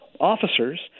officers